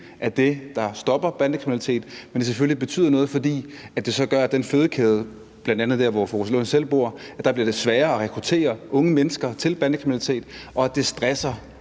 er det, der stopper bandekriminalitet, men at det selvfølgelig betyder noget, fordi det så gør, at den fødekæde, der er bl.a. der, hvor fru Rosa Lund selv bor, får sværere ved at rekruttere unge mennesker til bandekriminalitet, og det stresser